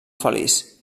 feliç